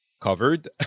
covered